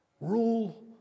Rule